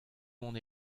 mont